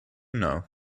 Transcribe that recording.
know